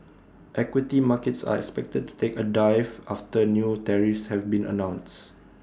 equity markets are expected to take A dive after new tariffs have been announced